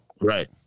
right